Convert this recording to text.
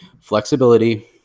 flexibility